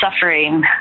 suffering